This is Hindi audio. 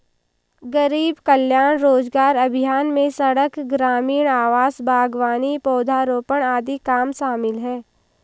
गरीब कल्याण रोजगार अभियान में सड़क, ग्रामीण आवास, बागवानी, पौधारोपण आदि काम शामिल है